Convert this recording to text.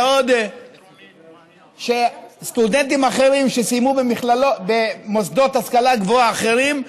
בעוד סטודנטים אחרים שסיימו במוסדות להשכלה גבוהה אחרים,